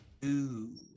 two